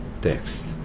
text